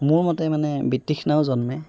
মোৰ মতে মানে বিতৃষ্ণাও জন্মে